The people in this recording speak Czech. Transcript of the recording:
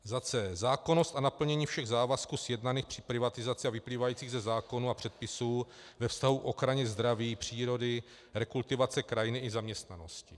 c) Zákonnost a naplnění všech závazků sjednaných při privatizaci a vyplývajících ze zákonů a předpisů ve vztahu k ochraně zdraví, přírody, rekultivace krajiny i zaměstnanosti.